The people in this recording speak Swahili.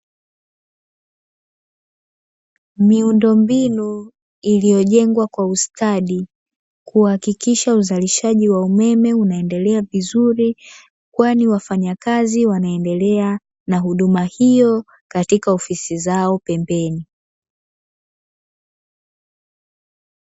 Miundo mbinu iliyojengwa kwa ustadi kuhakikisha uzalishaji wa umeme unaendelea vizuri, kwani wafanyakazi wanaendelea na huduma hiyo katika ofisi Zao pembeni.